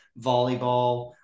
volleyball